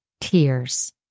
tears